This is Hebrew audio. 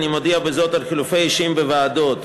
אני מודיע בזאת על חילופי אישים בוועדות: